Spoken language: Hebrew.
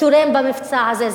תורם במבצע הזה.